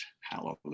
Hallelujah